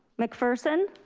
mcpherson?